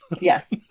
Yes